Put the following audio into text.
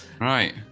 right